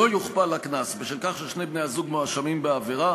לא יוכפל הקנס בשל כך ששני בני-הזוג מואשמים בעבירה